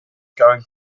going